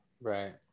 Right